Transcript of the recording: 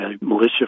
militia